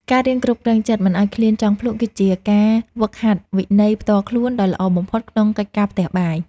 ការរៀនគ្រប់គ្រងចិត្តមិនឱ្យឃ្លានចង់ភ្លក្ស គឺជាការហ្វឹកហាត់វិន័យផ្ទាល់ខ្លួនដ៏ល្អបំផុតក្នុងកិច្ចការផ្ទះបាយ។